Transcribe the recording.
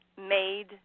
made